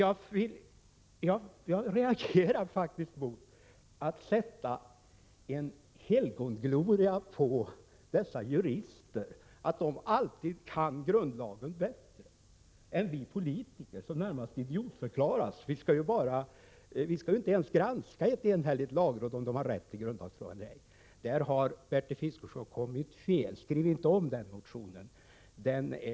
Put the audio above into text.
Jag reagerar faktiskt mot att sätta en helgongloria på dessa jurister, att de alltid kan grundlagen bättre än vi politiker, som närmast idiotförklaras. Vi skall ju inte ens granska om ett enhälligt lagråd har rätt eller ej i en grundlagsfråga. Där har Bertil Fiskesjö kommit fel. Väck inte den motionen en gång till!